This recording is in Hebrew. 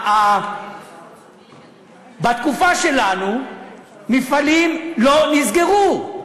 בתקופה שלנו מפעלים לא נסגרו.